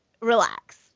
relax